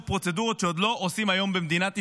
פרוצדורות שעוד לא עושים היום במדינת ישראל,